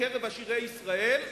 בקרב עשירי ישראל,